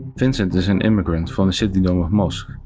vincent is an immigrant from the city dome of mosk,